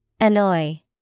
Annoy